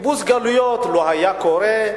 קיבוץ גלויות לא היה קורה,